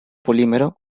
polímero